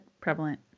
prevalent